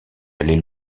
allait